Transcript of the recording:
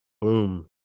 Boom